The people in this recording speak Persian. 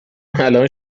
الان